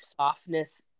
softness